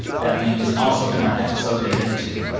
that link is also in our episode data, too.